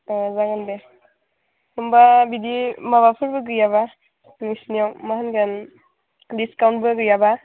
अ जागोन दे होनबा बिदि माबाफोरबो गैयाबा नोंसोरनियाव मा होनगोन डिसकाउन्टबो गैयाबा